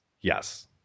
Yes